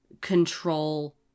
control